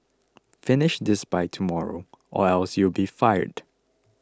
finish this by tomorrow or else you'll be fired